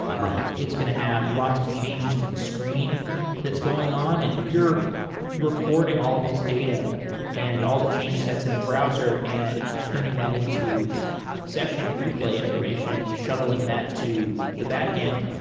it's going to have lots of changes to the screen that's going. and if you're recording all of this data and all the change sets in the browser and turning that into session replay information and then shuttling that to the backend,